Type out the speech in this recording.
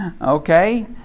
Okay